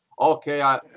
okay